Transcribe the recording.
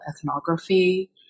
ethnography